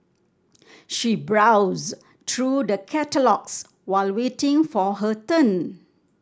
she browsed through the catalogues while waiting for her turn